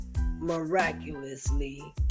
miraculously